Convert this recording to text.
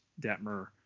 detmer